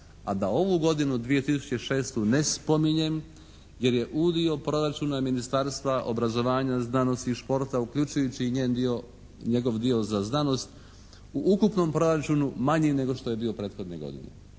a da ovu godinu 2006. ne spominjem jer je udio proračuna Ministarstva obrazovanja, znanosti i športa uključujući i njegov dio za znanost u ukupnom proračunu manji nego što je bio prethodne godine.